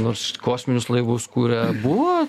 nors kosminius laivus kuria buvo